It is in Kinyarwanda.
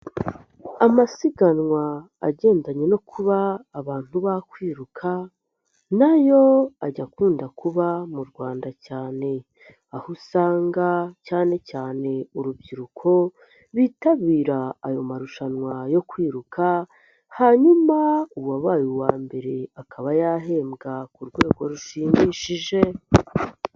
Amasiganwa agendanye no kuba abantu bakwiruka nayo ajya akunda kuba mu Rwanda cyane, aho usanga cyane cyane urubyiruko bitabira ayo marushanwa yo kwiruka hanyuma uwabaye uwa mbere akaba yahembwa ku rwego rushimishije.